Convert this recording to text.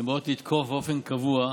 הן באות לתקוף באופן קבוע.